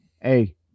Hey